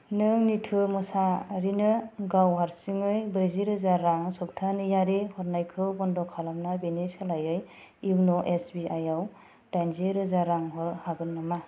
नों निथु मोसाहारिनो गाव हारसिङै ब्रैजि रोजा रां सफ्थानैयारि हरनायखौ बन्द' खालामना बेनि सोलायै इउन' एस बि आइ आव दाइजिरोजा रां हर हागोन नामा